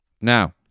Now